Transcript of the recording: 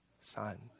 son